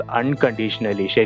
unconditionally